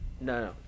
No